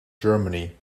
germany